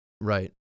Right